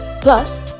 Plus